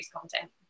content